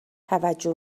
توجه